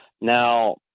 Now